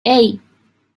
hey